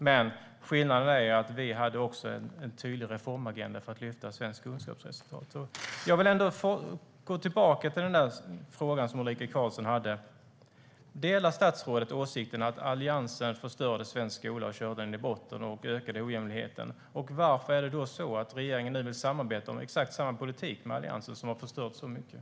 Men skillnaden är att vi också hade en tydlig reformagenda för att lyfta kunskapsresultaten. Jag vill gå tillbaka till den fråga som Ulrika Carlsson ställde: Delar statsrådet åsikten att Alliansen förstörde svensk skola, körde den i botten och ökade ojämlikheten? Varför vill då regeringen nu samarbeta med Alliansen om exakt samma politik?